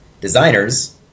Designers